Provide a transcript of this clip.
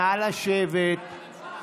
נא לשבת.